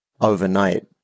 overnight